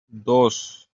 dos